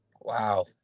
Wow